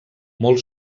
molt